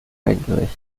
eingerichtet